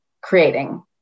creating